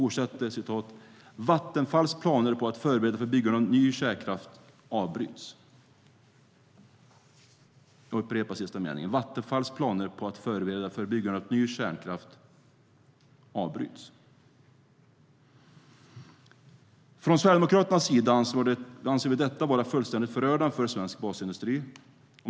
Vattenfalls planer på att förbereda för byggandet av ny kärnkraft avbryts. "Från Sverigedemokraternas sida anser vi detta vara fullständigt förödande för svensk basindustri.